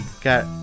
Got